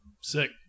sick